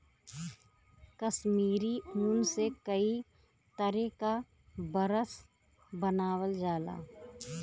कसमीरी ऊन से कई तरे क बरस बनावल जाला